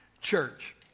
church